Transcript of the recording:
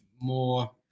more